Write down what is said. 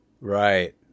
right